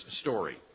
story